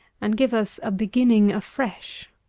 and give us a beginning afresh.